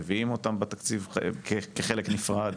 מביאים אותם בתקציב כחלק נפרד.